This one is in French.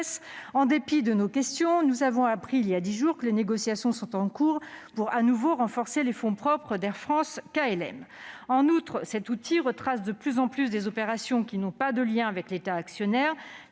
en dépit de nos questions, que nous avons appris, il y a dix jours, que des négociations sont en cours pour de nouveau renforcer les fonds propres d'Air France-KLM. En outre, cet outil retrace de plus en plus des opérations qui n'ont pas de lien avec l'État actionnaire.